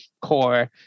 core